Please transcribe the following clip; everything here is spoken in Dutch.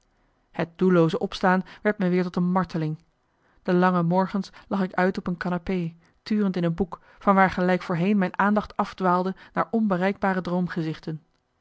het doellooze opstaan werd me weer tot een marteling de lange morgens lag ik uit op een canapé turend in een boek van waar gelijk voorheen mijn aandacht afdwaalde naar onbereikbare